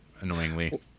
annoyingly